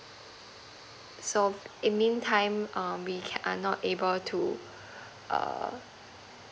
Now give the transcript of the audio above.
so in meantime um we are not able to err